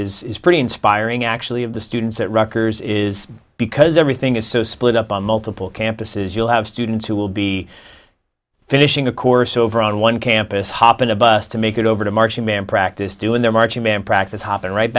that is pretty inspiring actually of the students that rockers is because everything is so split up on multiple campuses you'll have students who will be finishing a course over on one campus hop in a bus to make it over to marching band practice doing their marching band practice hopping right